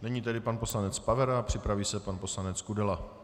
Nyní tedy pan poslanec Pavera, připraví se pan poslanec Kudela.